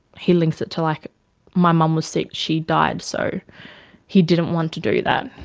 he links it to like my mum was sick, she died, so he didn't want to do that.